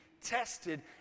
tested